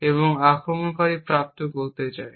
এবং এটি আক্রমণকারী প্রাপ্ত করতে চায়